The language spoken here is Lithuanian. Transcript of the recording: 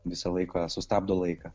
visą laiką sustabdo laiką